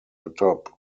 atop